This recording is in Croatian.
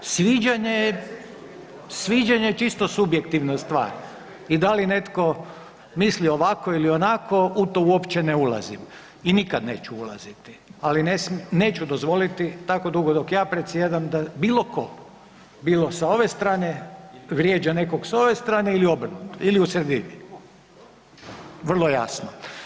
Sviđanje je čisto subjektivna stvar i da li netko misli ovako ili onako, u to uopće ne ulazim i nikad neću ulaziti ali neću dozvoliti tako dugo dok ja predsjedam da bilo tko, bilo sa ove strane vrijeđa nekog s ove strane ili obrnuto ili u sredini, vrlo jasno.